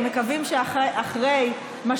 מקווים שאחרי,